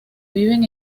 viven